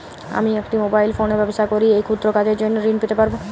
আমি একটি মোবাইল ফোনে ব্যবসা করি এই ক্ষুদ্র কাজের জন্য ঋণ পেতে পারব?